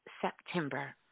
September